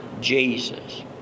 Jesus